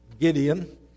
Gideon